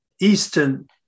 Eastern